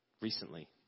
recently